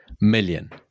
million